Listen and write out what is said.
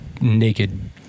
naked